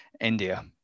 India